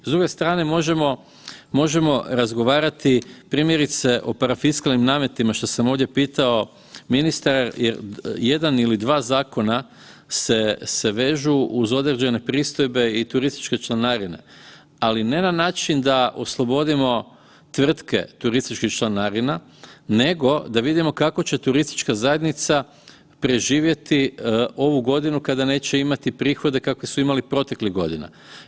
S druge strane možemo razgovarati primjerice o parafiskalnim nametima što sam ovdje pitao ministra, jedan ili dva zakona se vežu uz određene pristojbe i turističke članarine, ali ne na način da oslobodimo tvrtke turističkih članarina nego da vidimo kako će turistička zajednica preživjeti ovu godinu kada neće imati prihode kakve su imali proteklih godina.